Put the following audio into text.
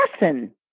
lesson